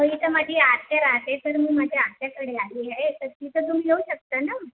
इथं माझी आत्या रहाते तर मी माझ्या आत्याकडे आलेली आहे इथं तुम्ही येऊ शकता ना